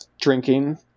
Drinking